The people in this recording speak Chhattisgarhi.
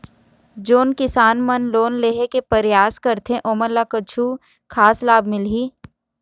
जोन किसान मन लोन लेहे के परयास करथें ओमन ला कछु खास लाभ मिलही?